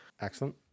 Excellent